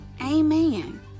Amen